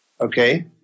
okay